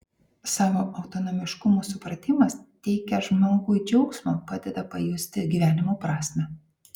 savo autonomiškumo supratimas teikia žmogui džiaugsmą padeda pajusti gyvenimo prasmę